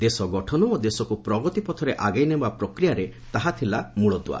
ଦେଶ ଗଠନ ଓ ଦେଶକୁ ପ୍ରଗତି ପଥରେ ଆଗେଇ ନେବା ପ୍ରକ୍ରିୟାର ତାହା ଥିଲା ମୂଳଦୁଆ